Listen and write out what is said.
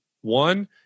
One